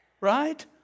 right